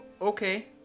Okay